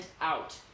out